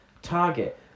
Target